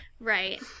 Right